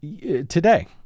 today